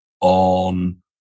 on